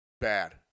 bad